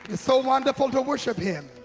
so wonderful to worship him.